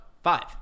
Five